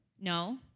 No